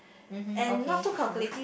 mmhmm okay true